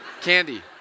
candy